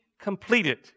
completed